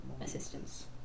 assistance